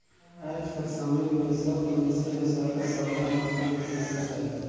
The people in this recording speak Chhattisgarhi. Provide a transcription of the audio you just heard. आएज कर समे में सब मइनसे ल सरलग बगरा मातरा में पइसा चाही